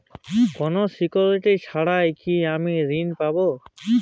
কোনো সিকুরিটি ছাড়া কি আমি ঋণ পাবো?